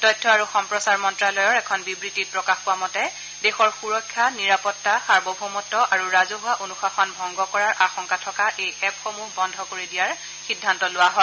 তথ্য আৰু সম্প্ৰচাৰ মন্তালয়ৰ এখন বিবৃতিত প্ৰকাশ পোৱা মতে দেশৰ সুৰক্ষা নিৰাপত্তা সাৰ্বভৌমত্ আৰু ৰাজহুৱা অনুশাসন ভংগ কৰাৰ আশংকা থকা এই এপসমূহ বন্ধ কৰি দিয়াৰ সিদ্ধান্ত লোৱা হয়